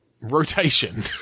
Rotation